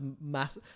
mass